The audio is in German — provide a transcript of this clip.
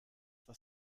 was